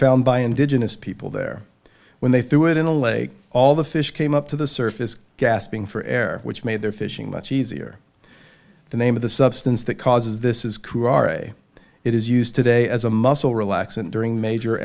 found by indigenous people there when they threw it in a lake all the fish came up to the surface gasping for air which made their fishing much easier the name of the substance that causes this is crew are a it is used today as a muscle relaxant during major